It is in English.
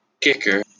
kicker